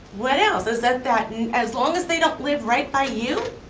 what else, is that that and as long as they don't live right by you?